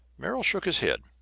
merrill shook his head.